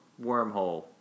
wormhole